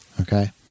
Okay